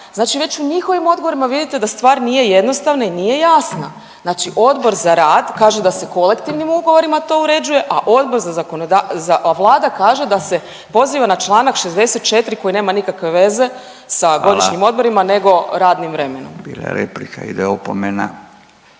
Znači već u njihovim odgovorima vidite da stvar nije jednostavna i nije jasna. Znači Odbor za rad kaže da se kolektivnim ugovorima to uređuje, a Vlada kaže da se poziva na članak 64. koji nema nikakve veze sa godišnjim odmorima … …/Upadica Radin: Hvala./… … nego radnim vremenom.